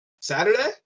Saturday